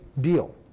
deal